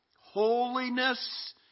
Holiness